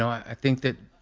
i think that